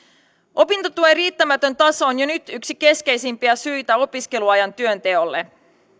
opintotuen riittämätön taso on jo nyt yksi keskeisimpiä syitä opiskeluajan työnteolle